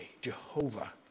Jehovah